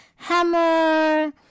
Hammer